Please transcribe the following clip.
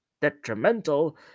detrimental